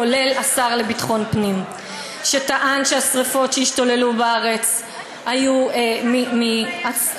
כולל השר לביטחון פנים שטען שהשרפות שהשתוללו בארץ היו מהצתות